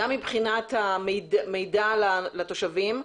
גם מבחינת המידע לתושבים,